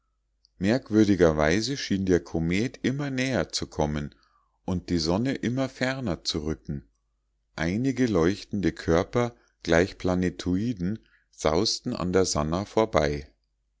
merkwürdigerweise schien der komet immer näher zu kommen und die sonne immer ferner zu rücken einige leuchtende körper gleich planetoiden sausten an der sannah vorbei